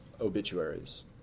obituaries